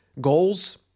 goals